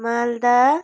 Malda